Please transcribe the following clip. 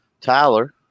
Tyler